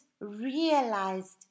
realized